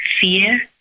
fear